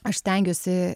aš stengiuosi